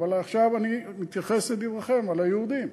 אבל עכשיו אני מתייחס לדבריכם על היהודים.